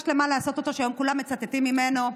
שלמה לעשות אותו והיום כולם מצטטים ממנו.